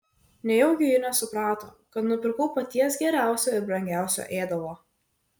nejaugi ji nesuprato kad nupirkau paties geriausio ir brangiausio ėdalo